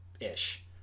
ish